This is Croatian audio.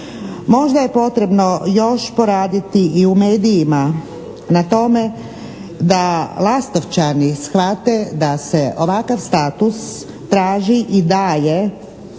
Možda je potrebno još poraditi i u medijima na tome da Lastovčani shvate da se ovakav status traži i daje